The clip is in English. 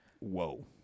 Whoa